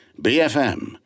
BFM